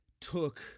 took